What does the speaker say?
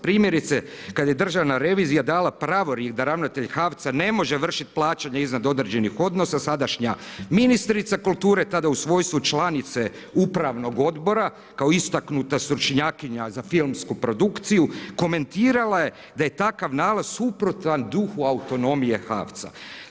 Primjerice, kada je državna revizija, dala pravoriv, da ravnatelj HAVC-a ne može vršiti plaćanje iznad određenog odnosa, sadašnja ministrice kulture, tada u svojstvu članice upravnog odbora kao istaknuta stručnjakinja za filmsku produkciju, komentirala je da je takav nalaz suprotan duhu autonomije HAVC-a.